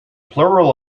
plural